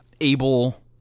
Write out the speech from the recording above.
able